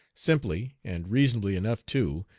simply, and reasonably enough too,